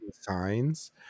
signs